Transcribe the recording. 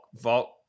Vault